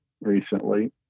recently